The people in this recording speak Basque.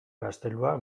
gaztelua